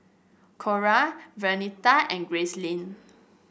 Cora Vernita and Gracelyn